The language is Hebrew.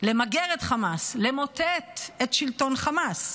למגר את חמאס, למוטט את שלטון חמאס.